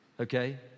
okay